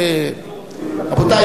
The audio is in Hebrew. רבותי,